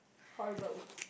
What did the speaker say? horrible